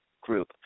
group